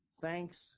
thanks